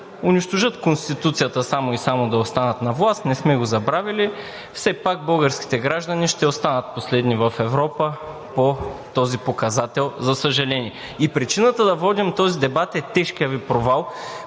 Конституцията, само и само да останат на власт – не сме го забравили, все пак българските граждани ще останат последни в Европа по този показател, за съжаление. И причината да водим този дебат е тежкият Ви провал